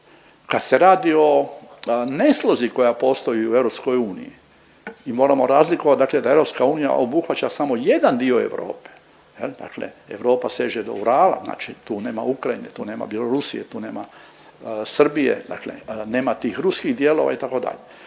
Kad se radi o neslozi koja postoji u EU, mi moramo razlikovati dakle da EU obuhvaća samo jedan dio Europe jel, dakle Europa seže do Urala znači tu nema Ukrajine, tu nema Bjelorusije, tu nema Srbije, dakle nema tih ruskih dijelova itd.